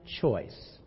choice